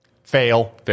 Fail